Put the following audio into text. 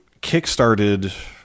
kickstarted